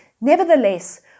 Nevertheless